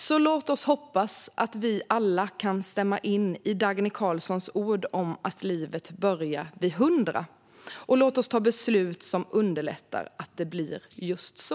Låt oss därför hoppas att vi alla kan stämma in i Dagny Carlssons ord om att livet börjar vid 100, och låt oss fatta beslut som underlättar att det blir just så!